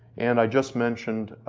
and i just mentioned,